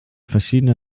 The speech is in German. verschiedene